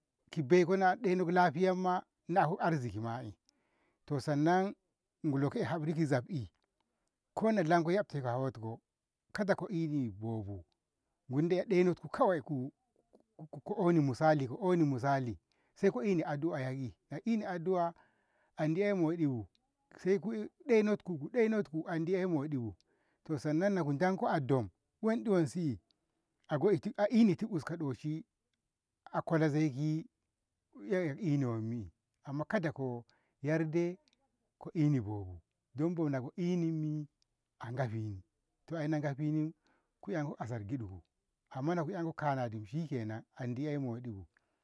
ki beiko na nɗeinot lafiyamma lako arzki ma'i sannan golo ke habri ki zabbi kona lanko yabtitit hawonku kada ko eni bobu gunidai ku ɗenotku ko oni misali ko oni misali saiko eni addu'a yayyi nako eni addu'a andi ey moɗi bu saiku ɗenotku ku ɗenotku andi ey moɗibu sannan naku ndanko a dom wanɗi wansi ago a enitit uska doshi akwala zaigi eyya ko eni wammi amma kada ko yarde bobu dan bo ko eni a gafinni to ai nagafinni ku 'yanko asar kitku amma naku 'yanko kanadi shikenan andi ey moɗibu.